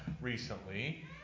recently